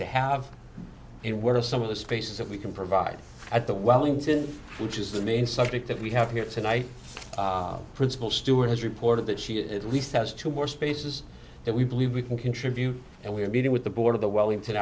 to have and where some of the spaces that we can provide at the wellington which is the main subject that we have here tonight principal stuart has reported that she is at least has two more spaces that we believe we can contribute and we're meeting with the board of the wellington